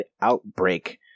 outbreak